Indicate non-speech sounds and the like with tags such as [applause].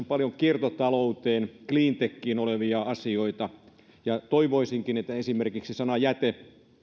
[unintelligible] paljon kiertotalouteen cleantechiin kuuluvia asioita toivoisinkin että esimerkiksi sana jäte